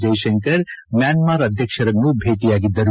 Jaishankar Myanmar ಅಧ್ಯಕ್ಷರನ್ನು ಭೇಟಿಯಾಗಿದ್ದರು